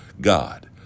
God